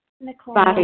Nicole